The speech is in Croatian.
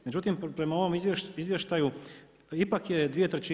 Međutim, prema ovom izvještaju ipak je 2/